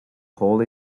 hold